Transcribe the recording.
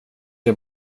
jag